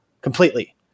completely